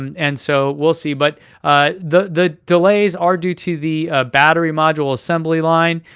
um and so we'll see. but ah the the delays are due to the battery module assembly line,